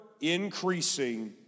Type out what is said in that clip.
increasing